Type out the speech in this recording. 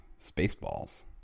Spaceballs